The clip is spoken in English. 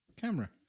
camera